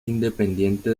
independiente